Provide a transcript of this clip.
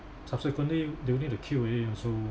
subsequently during the Q and A also